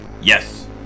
Yes